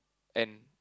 and